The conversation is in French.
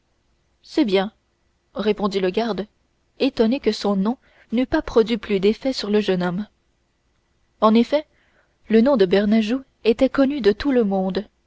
c'est bien répondit le garde étonné que son nom n'eût pas produit plus d'effet sur le jeune homme en effet le nom de bernajoux était connu de tout le monde